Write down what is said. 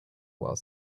while